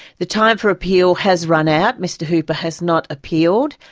the time for appeal has run out, mr hooper has not appealed,